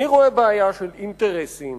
אני רואה בעיה של אינטרסים